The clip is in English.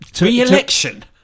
Re-election